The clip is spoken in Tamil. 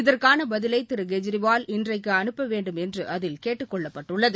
இதற்கான பதிலை திரு கெஜ்ரிவால் இன்றைக்கு அனுப்ப வேண்டும் என்று அதில் கேட்டுக் கொள்ளப்பட்டுள்ளது